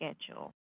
schedule